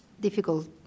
Difficult